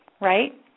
right